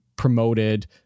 promoted